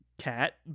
cat